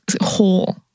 whole